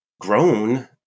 grown